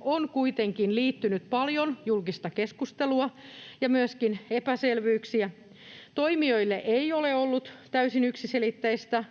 on kuitenkin liittynyt paljon julkista keskustelua ja myöskin epäselvyyksiä. Toimijoille ei ole ollut täysin yksiselitteistä,